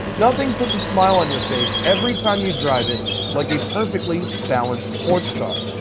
nothing puts a smile on your face every time you drive it like a perfectly balanced sports car.